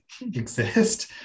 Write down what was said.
exist